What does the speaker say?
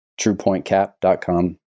truepointcap.com